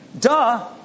duh